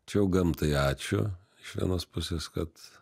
čia jau gamtai ačiū iš vienos pusės kad